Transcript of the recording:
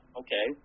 okay